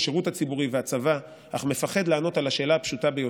השירות הציבורי והצבא אך מפחד לענות על השאלה הפשוטה ביותר: